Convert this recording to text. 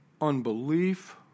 unbelief